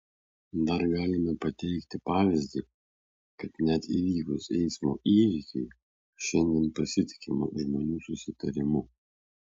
dar galime pateikti pavyzdį kad net įvykus eismo įvykiui šiandien pasitikima žmonių susitarimu